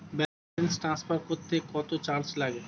Balance transfer করতে কত charge লাগে?